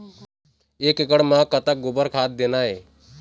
एक एकड़ म कतक गोबर खाद देना ये?